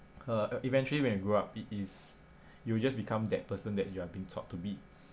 uh eventually when you grew up it is you will just become that person that you are being taught to be